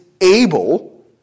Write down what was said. able